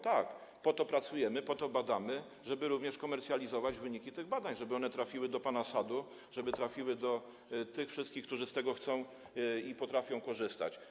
Tak, po to pracujemy, po to badamy, żeby również komercjalizować wyniki tych badań, żeby one trafiły do pana sadu, żeby trafiły do tych wszystkich, którzy chcą i potrafią z tego korzystać.